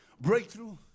Breakthrough